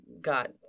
got